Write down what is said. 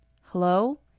Hello